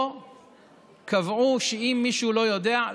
פה קבעו שאם מישהו לא יודע,